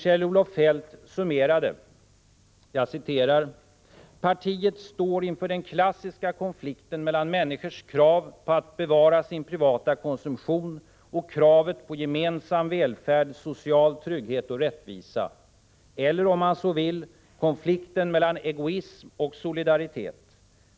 Kjell-Olof Feldt summerade: Partiet står ”inför den klassiska konflikten mellan människors krav på att bevara sin privata konsumtion och kravet på gemensam välfärd, social trygghet och rättvisa. Eller om man så vill: konflikten mellan egoism och solidaritet.